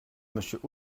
monsieur